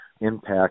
impact